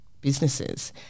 businesses